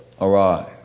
arrive